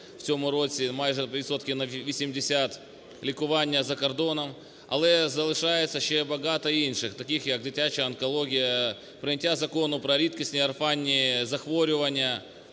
у цьому році майже відсотків на 80 лікування за кордоном, але залишається ще багато інших, таких як дитяча онкологія, прийняття Закону про рідкісні (орфанні) захворювання